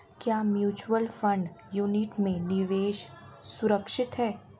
क्या mutual fund unit में निवेश सुरक्षित है?